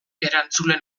erantzule